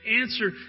answer